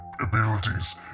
abilities